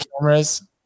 cameras